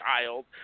child